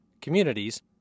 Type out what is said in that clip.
communities